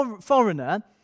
foreigner